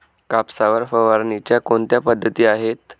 कापसावर फवारणीच्या कोणत्या पद्धती आहेत?